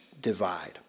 divide